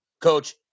coach